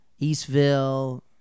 Eastville